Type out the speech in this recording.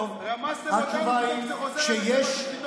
כשזה חוזר